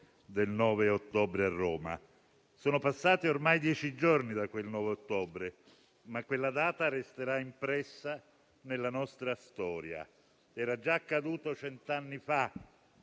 del 9 ottobre a Roma. Sono passati ormai dieci giorni da quel 9 ottobre, ma quella data resterà impressa nella nostra storia. Era già accaduto cento anni fa